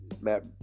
Matt